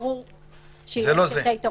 זה לא זה.